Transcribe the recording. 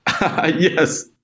Yes